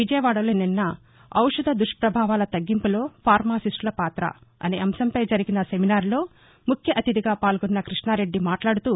విజయవాడలో నిన్న ఔషధ దుక్పభావాల తగ్గింపులో ఫార్మాసిస్టుల పాత అంశంపై జరిగిన జాతీయ నమినార్ లో ముఖ్యఅతిధిగా పాల్గొన్న కృష్ణరెడ్డి మాట్లాడుతూ